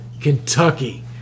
Kentucky